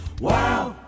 Wow